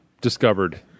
discovered